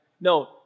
No